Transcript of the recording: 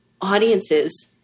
audiences